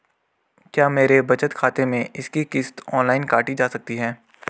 क्या मेरे बचत खाते से इसकी किश्त ऑनलाइन काटी जा सकती है?